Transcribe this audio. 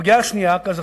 הפגיעה השנייה, כזכור,